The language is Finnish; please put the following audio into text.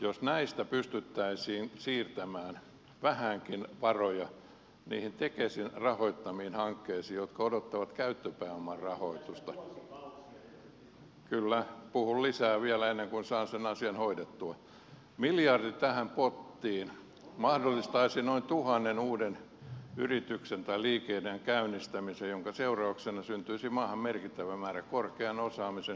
jos näistä pystyttäisiin siirtämään vähänkin varoja niihin tekesin rahoittamiin hankkeisiin jotka odottavat käyttöpääoman rahoitusta kyllä puhun lisää vielä ennen kuin saan sen asian hoidettua miljardi tähän pottiin mahdollistaisi noin tuhannen uuden yrityksen tai liikeidean käynnistämisen minkä seurauksena syntyisi maahan merkittävä määrä korkean osaamisen hyväpalkkaisia töitä